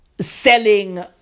selling